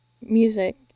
music